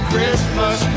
Christmas